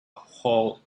whole